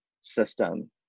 system